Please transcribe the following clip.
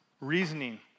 reasoning